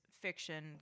fiction